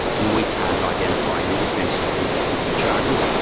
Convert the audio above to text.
and we can't identify any offence that he would be charged with.